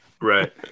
Right